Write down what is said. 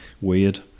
weird